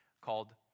called